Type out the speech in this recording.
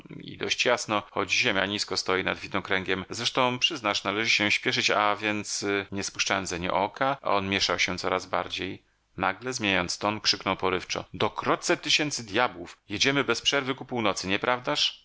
dość jasno choć ziemia nizko stoi nad widnokręgiem zresztą przyznasz należy się spieszyć a więc nie spuszczałem zeń oka a on mieszał się coraz bardziej nagle zmieniając ton krzyknął porywczo do kroćset tysięcy djabłów jedziemy bez przerwy ku północy nieprawdaż